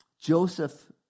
Joseph